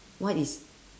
what is